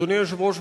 אדוני היושב-ראש,